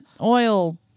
oil